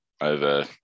over